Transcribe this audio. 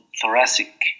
thoracic